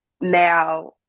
now